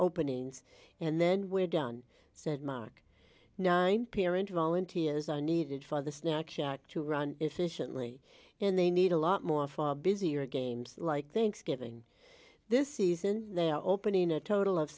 openings and then we're done said mark nine peer into volunteers are needed for the snack shack to run efficiently and they need a lot more far busier games like thanksgiving this season they are opening a total of